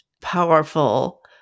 powerful